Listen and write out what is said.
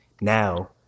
now